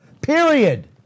period